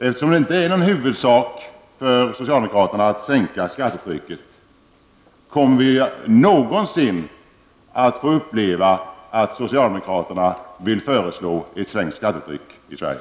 Eftersom det inte är en huvudsak för socialdemokraterna att sänka skattetrycket, kommer vi någonsin att få uppleva att socialdemokraterna föreslår att sänka skattetrycket i Sverige?